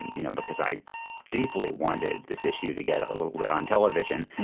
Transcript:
and you know, because i deeply wanted this issue to get a little bit on television.